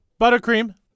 Buttercream